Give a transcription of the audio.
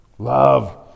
Love